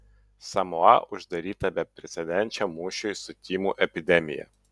samoa uždaryta beprecedenčiam mūšiui su tymų epidemija